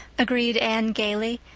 agreed anne gaily,